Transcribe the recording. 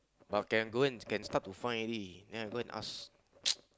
but can go and can start to find already then I go and ask